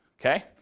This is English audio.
Okay